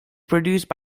produced